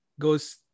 goes